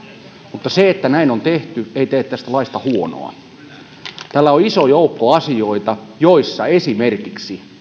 mutta se että näin on tehty ei tee tästä laista huonoa täällä on iso joukko asioita joissa esimerkiksi